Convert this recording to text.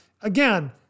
again